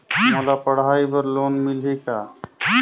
मोला पढ़ाई बर लोन मिलही का?